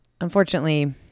unfortunately